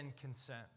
consent